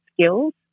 skills